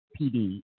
PD